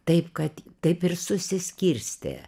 taip kad taip ir susiskirstė